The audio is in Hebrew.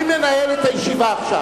אני מנהל את הישיבה עכשיו.